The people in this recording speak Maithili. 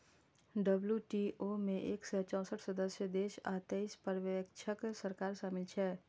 डब्ल्यू.टी.ओ मे एक सय चौंसठ सदस्य देश आ तेइस पर्यवेक्षक सरकार शामिल छै